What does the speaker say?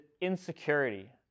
insecurity